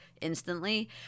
instantly